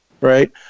right